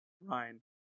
Ryan